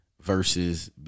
versus